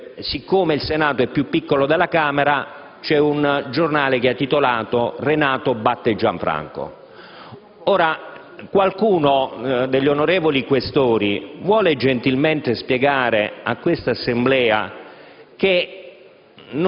siccome il Senato è più piccolo della Camera, c'è un giornale che ha titolato: «Renato batte Gianfranco». Ora, qualcuno dei senatori Questori vuole gentilmente spiegare a quest'Assemblea che